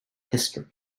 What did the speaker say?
history